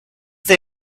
they